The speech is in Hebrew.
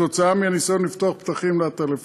כתוצאה מהניסיון לפתוח פתחים לעטלפים.